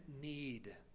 need